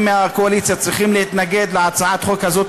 מהקואליציה צריכים להתנגד להצעת החוק הזאת,